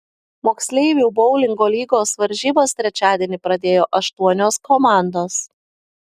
moksleivių boulingo lygos varžybas trečiadienį pradėjo aštuonios komandos